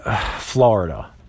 Florida